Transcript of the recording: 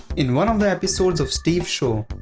in one of the episodes of steve show,